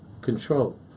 control